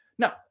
Now